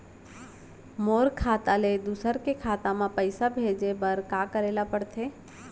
मोर खाता ले दूसर के खाता म पइसा भेजे बर का करेल पढ़थे?